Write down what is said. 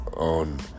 On